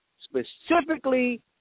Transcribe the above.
specifically